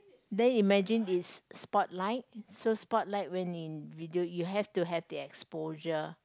then imagine it's spotlight so spotlight when video you have to have the exposure